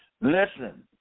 Listen